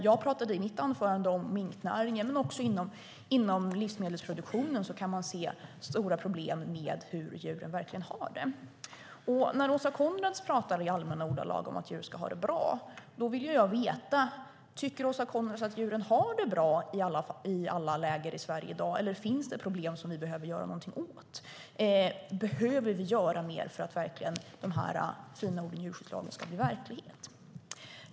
Jag talade i mitt anförande om minknäringen, men också inom livsmedelsproduktionen kan man se stora problem med hur djuren verkligen har det. När Åsa Coenraads i allmänna ordalag talar om att djur ska ha det bra vill jag veta om Åsa Coenraads tycker att djuren har det bra i alla lägen i Sverige i dag eller om det finns problem som vi behöver göra någonting åt. Behöver vi göra mer för att de fina orden i djurskyddslagen ska bli verklighet?